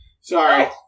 Sorry